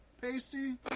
Pasty